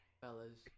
fellas